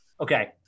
Okay